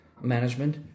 management